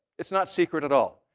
it's not secret at all.